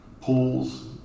pools